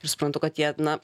ir suprantu kad jie na